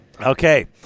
Okay